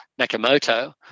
Nakamoto